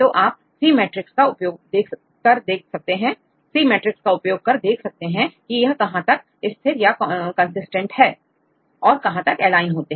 तो आप c matrix का उपयोग कर देख सकते हैं कि यह कहां तक स्थिरहै और कहां तक एलाइन होते हैं